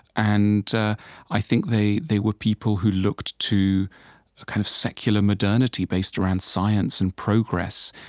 and i think they they were people who looked to a kind of secular modernity based around science and progress.